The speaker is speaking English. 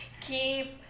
keep